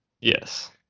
Yes